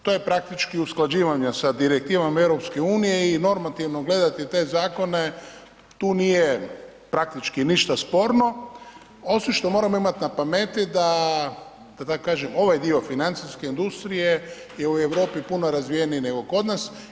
To je praktički usklađivanje sa direktivom EU i normativno gledati te zakone tu nije praktički ništa sporno osim što moramo imati na pameti da, da tako kažem, ovaj dio financijske industrije je u Europi puno razvijeniji nego kod nas.